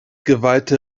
geweihte